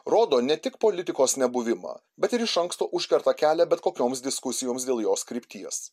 rodo ne tik politikos nebuvimą bet ir iš anksto užkerta kelią bet kokioms diskusijoms dėl jos krypties